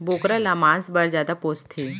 बोकरा ल मांस पर जादा पोसथें